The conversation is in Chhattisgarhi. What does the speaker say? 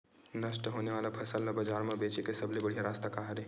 नष्ट होने वाला फसल ला बाजार मा बेचे के सबले बढ़िया रास्ता का हरे?